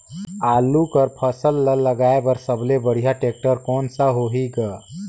आलू कर फसल ल लगाय बर सबले बढ़िया टेक्टर कोन सा होही ग?